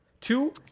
Two